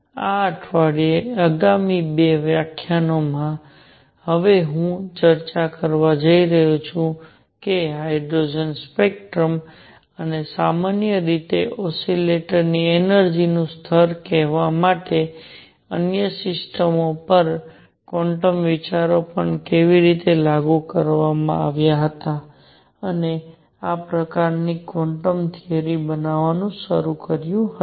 આ અઠવાડિયે આગામી 2 વ્યાખ્યાનોમાં હવે હું ચર્ચા કરવા જઈ રહ્યો છું કે હાઇડ્રોજન સ્પેક્ટ્રમ અને સામાન્ય રીતે ઓસિલેટરની એનર્જિ નું સ્તર કહેવા માટે અન્ય સિસ્ટમો પર ક્વોન્ટમ વિચારો પણ કેવી રીતે લાગુ કરવામાં આવ્યા હતા અને આ પ્રકારનું ક્વોન્ટમ થિયરી બનાવવાનું શરૂ કર્યું હતું